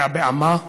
גאה בעמה,